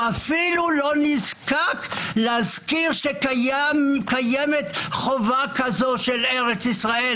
הוא אפילו לא נזקק להזכיר שקיימת חובה כזו של ארץ ישראל